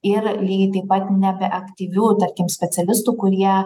ir lygiai taip pat nebeaktyvių tarkim specialistų kurie